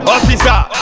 Officer